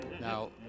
Now